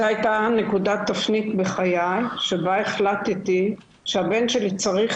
זו הייתה נקודת תפנית בחיי שבה החלטתי שהבן שלי צריך